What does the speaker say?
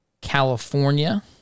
California